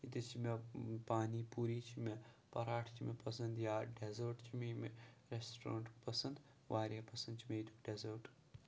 ییٚتِچ چھِ مےٚ پانی پوٗری چھِ مےٚ پَراٹھ چھِ مےٚ پَسنٛد یا ڈٮ۪زٲٹ چھِ مےٚ ییٚمہِ رٮ۪سٹرٛونٛٹُک پَسنٛد واریاہ پَسنٛد چھِ مےٚ ییٚتیُک ڈٮ۪زٲٹ